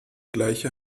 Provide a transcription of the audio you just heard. gleiche